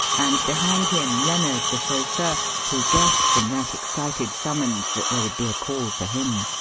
and behind him lennard, the chauffeur, who guessed from that excited summons that there would be a call for him.